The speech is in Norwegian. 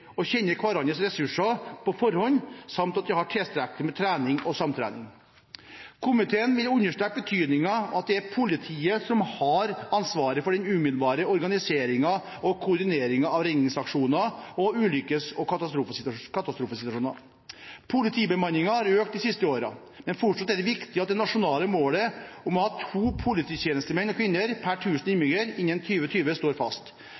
forhånd kjenner til hverandre og hverandres ressurser, samt at de har tilstrekkelig med trening og samtrening. Komiteen vil understreke betydningen av at det er politiet som har ansvaret for den umiddelbare organiseringen og koordineringen av redningsaksjoner og ulykkes- og katastrofesituasjoner. Politibemanningen har økt de siste årene, men fortsatt er det viktig at det nasjonale målet om å ha to polititjenestemenn eller -kvinner per tusen innbyggere innen 2020 står fast.